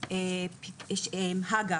הג"א